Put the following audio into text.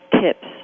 tips